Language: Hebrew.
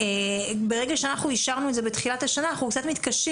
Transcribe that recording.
ברגע שאנחנו אישרנו את זה בתחילת השנה אנחנו קצת מתקשים